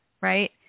right